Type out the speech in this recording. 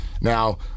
Now